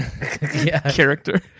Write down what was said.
character